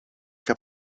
gab